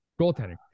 goaltending